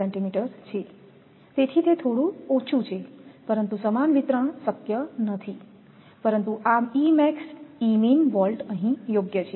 79 kVcm છે તેથી તે થોડું ઓછું છે પરંતુ સમાન વિતરણ શક્ય નથી પરંતુ આ E max E min volt અહીં યોગ્ય છે